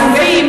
הרב גפני,